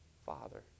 father